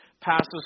passes